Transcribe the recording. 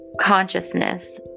consciousness